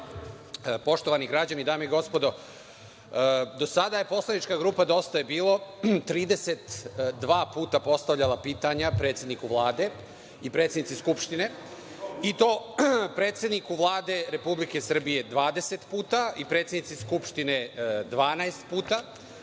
Poštovani građani, dame i gospodo, do sada je poslanička grupa Dosta je bilo 32 puta postavljala pitanja predsedniku Vlade i predsednici Skupštine, i to predsedniku Vlade Republike Srbije 20 puta i predsednici Skupštine 12 puta,